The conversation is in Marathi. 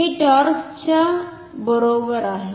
हे टॉर्क च्या बरोबर आहे